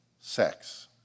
sex